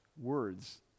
words